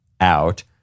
out